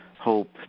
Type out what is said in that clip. hope